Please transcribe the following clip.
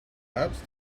collapsed